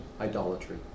idolatry